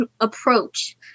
approach